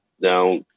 Now